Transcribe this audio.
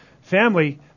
Family